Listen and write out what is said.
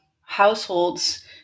households